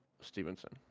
Stevenson